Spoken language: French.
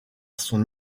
son